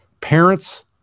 Parents